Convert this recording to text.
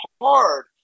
hard